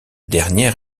dernière